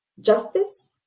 justice